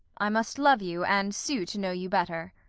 i must love you, and sue to know you better.